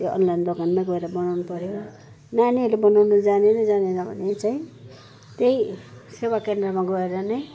त्यो अनलाइन दोकानमै गएर बनाउनु पर्यो नानीहरूले बनाउनु जानेन जानेन भने चाहिँ त्यही सेवाकेन्द्रमा गएर नै